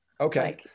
Okay